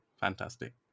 fantastic